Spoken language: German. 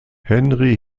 henri